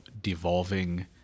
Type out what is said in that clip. devolving